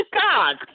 god